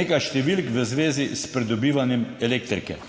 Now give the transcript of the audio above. nekaj številk v zvezi s pridobivanjem elektrike.